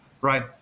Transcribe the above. right